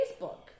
Facebook